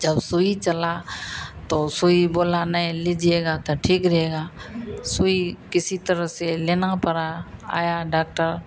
जब सुईं चली तो सुईं बोले नहीं लीजिएगा तो ठीक रहेगा सुईं किसी तरह से लेना पड़ा आया डाक्टर